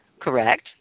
correct